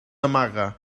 amaga